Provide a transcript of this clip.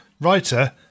writer